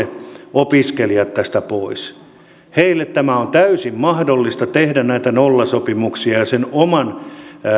opiskelijat tästä pois heille on täysin mahdollista tehdä näitä nollasopimuksia ja mahdollisuuteen sen oman